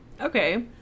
Okay